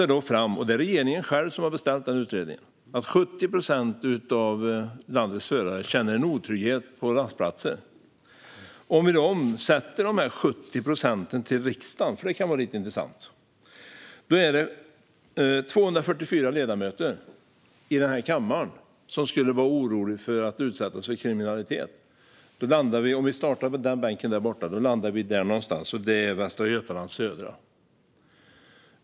Där kom det fram - och det är regeringen själv som har beställt denna utredning - att 70 procent av landets förare känner otrygghet på rastplatser. Om vi omsätter dessa 70 procent till riksdagen - det kan vara lite intressant - är det 244 ledamöter i denna kammare som skulle vara oroliga för att utsättas för kriminalitet. Om vi startar på den bortre bänken här i kammaren landar vi någonstans vid Västra Götalands läns södra valkrets.